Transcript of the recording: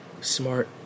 smart